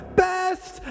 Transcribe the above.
best